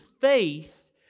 faith